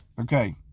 okay